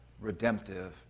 redemptive